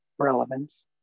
relevance